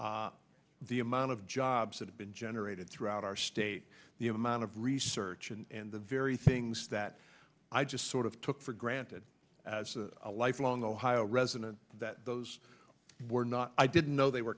the amount of jobs that have been generated throughout our state the amount of research and the very things that i just sort of took for granted as a lifelong ohio resident that those were not i didn't know they were